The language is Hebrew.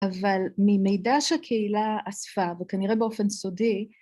אבל ממידע שהקהילה אספה וכנראה באופן סודי...